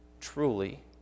truly